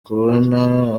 kubona